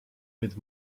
with